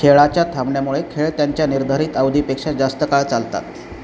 खेळाच्या थांबण्यामुळे खेळ त्यांच्या निर्धारित अवधीपेक्षा जास्त काळ चालतात